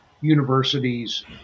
universities